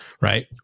right